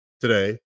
today